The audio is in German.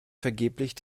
vergeblich